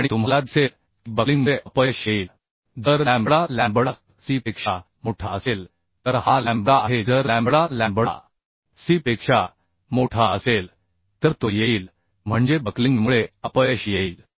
आणि तुम्हाला दिसेल की बक्लिंगमुळे अपयश येईल जर लॅम्बडा लॅम्बडा सी पेक्षा मोठा असेल तर हा लॅम्बडा आहे जर लॅम्बडा लॅम्बडा सी पेक्षा मोठा असेल तर तो येईल म्हणजे बक्लिंगमुळे अपयश येईल